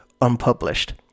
unpublished